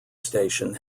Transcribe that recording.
station